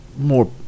more